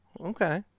Okay